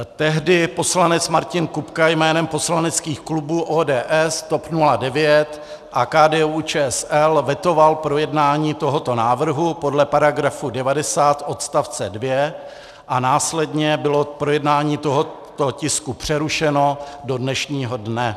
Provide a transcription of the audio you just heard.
Tehdy poslanec Martin Kupka jménem poslaneckých klubů ODS, TOP 09 a KDUČSL vetoval projednání tohoto návrhu podle § 90 odst. 2 a následně bylo projednávání tohoto tisku přerušeno do dnešního dne.